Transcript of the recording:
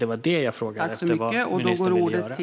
Det var detta som jag frågade vad ministern vill göra åt.